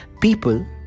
people